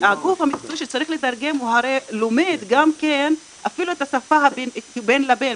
הגוף המקצועי שצריך לתרגם לומד גם כן אפילו את השפה בין לבין,